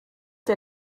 der